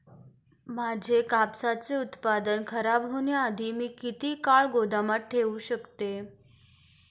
माझे कापसाचे उत्पादन खराब होण्याआधी मी किती काळ गोदामात साठवू शकतो?